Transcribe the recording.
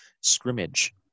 scrimmage